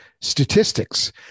statistics